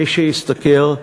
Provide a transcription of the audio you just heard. מי שישתכר,